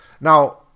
Now